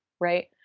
right